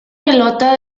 pelota